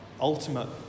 ultimate